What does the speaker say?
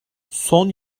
son